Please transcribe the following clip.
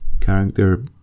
character